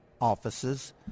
offices